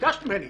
ביקשתי ממני